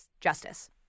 justice